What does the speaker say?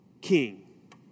king